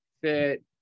fit